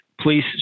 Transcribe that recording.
please